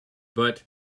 but